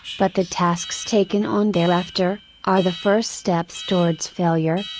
but the tasks taken on thereafter, are the first steps towards failure,